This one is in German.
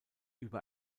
über